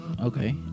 Okay